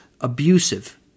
abusive